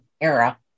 era